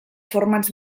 formats